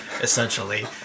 essentially